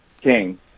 King